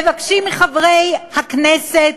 מבקשים מחברי הכנסת,